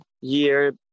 year